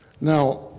Now